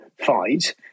fight